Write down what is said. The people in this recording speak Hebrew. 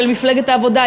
של מפלגת העבודה,